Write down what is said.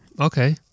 Okay